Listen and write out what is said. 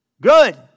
Good